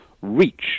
reach